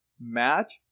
match